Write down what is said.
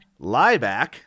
Lieback